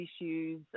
issues